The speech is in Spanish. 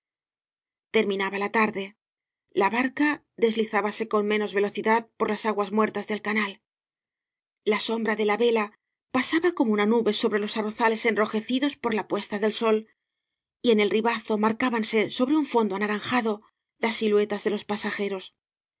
terminaba la tarde la barca deslizábase con menos velocidad por las aguas muertas del canal la sombra de la vela pasaba como una nube sobre los arrozales enrojecidos por la puesta del sol y en el ribazo marcábanse sobre un fondo anaranjado las siluetas de los pasajeros